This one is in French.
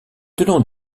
tenant